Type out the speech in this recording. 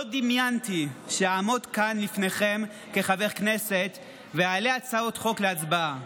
לא דמיינתי שאעמוד כאן לפניכם כחבר כנסת ואעלה הצעות חוק להצבעה.